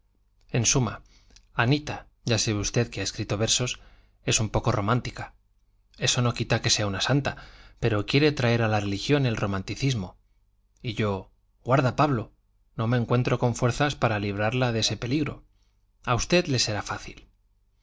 en suma anita ya sabe usted que ha escrito versos es un poco romántica eso no quita que sea una santa pero quiere traer a la religión el romanticismo y yo guarda pablo no me encuentro con fuerzas para librarla de ese peligro a usted le será fácil